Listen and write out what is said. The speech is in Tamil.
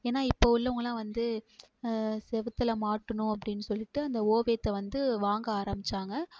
ஏன்னா இப்போ உள்ளவங்கலான் வந்து சுவுத்துல மாட்டணும் அப்படின் சொல்லிட்டு அந்த ஓவியத்தை வந்து வாங்க ஆரம்மிச்சாங்க